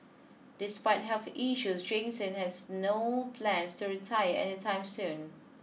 despite health issues Jansen has no plans to retire any time soon